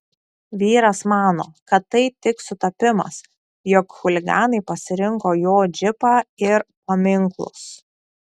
vyras mano kad tai tik sutapimas jog chuliganai pasirinko jo džipą ir paminklus